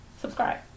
Subscribe